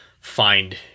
find